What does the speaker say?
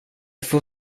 får